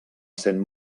essent